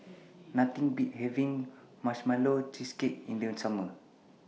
Nothing Beats having Marshmallow Cheesecake in The Summer